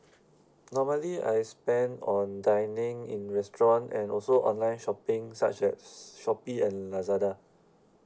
normally I spend on dining in restaurant and also online shopping such as Shopee and Lazada